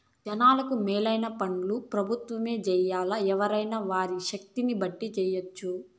జనాలకు మేలైన పన్లు పెబుత్వమే జెయ్యాల్లా, ఎవ్వురైనా వారి శక్తిని బట్టి జెయ్యెచ్చు